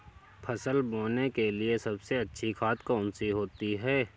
फसल बोने के लिए सबसे अच्छी खाद कौन सी होती है?